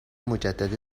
مجدد